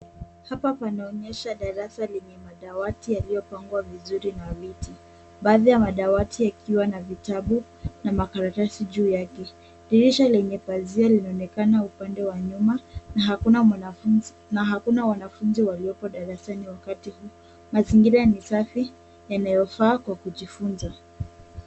Hapa panaonyesha darasa lenye madawati yaliyopangwa vizuri na viti. Baadhi ya madawati yakiwa na vitabu na makaratasi juu yake. Dirisha lenye pazia linaonekana upande wa nyuma na hakuna wanafunzi walioko darasani wakati huu. Mazingira ni safi yanayofaa kwa kujifunza.